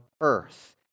earth